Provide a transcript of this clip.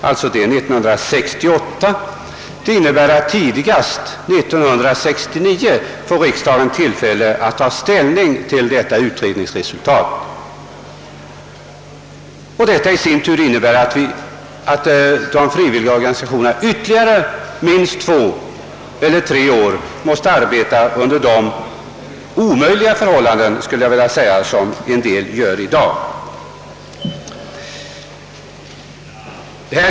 Det innebär att riksdagen tidigast 1969 får ta ställning till utredningens resultat. Detta i sin tur innebär att de frivilliga organisationerna måste arbeta ytterligare minst två eller tre år under de kärva och knappa förhållanden som råder i dag.